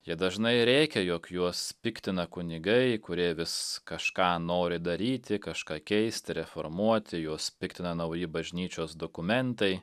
jie dažnai rėkia jog juos piktina kunigai kurie vis kažką nori daryti kažką keisti reformuoti juos piktina nauji bažnyčios dokumentai